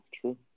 true